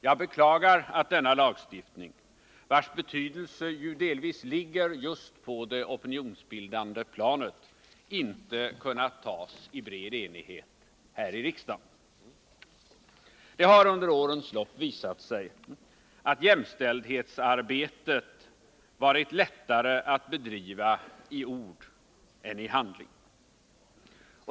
Jag beklagar att denna lagstiftning — vars betydelse ju delvis Torsdagen den ligger på det opinionsbildande planet — inte kunnat antas i bred enighet häri 13 december 1979 riksdagen. Det har under årens lopp visat sig att jämställdhetsarbetet varit lättare att bedriva i ord än i handling.